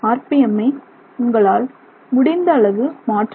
M ஐ உங்களால் முடிந்த அள்வு மாற்ற முடியும்